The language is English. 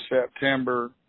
September